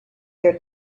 their